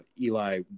Eli